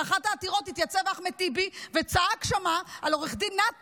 באחת העתירות התייצב אחמד טיבי וצעק שם על עו"ד נתי